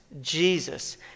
Jesus